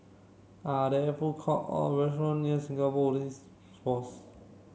are there food court or restaurant near Singapore Police Force